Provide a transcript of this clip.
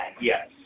Yes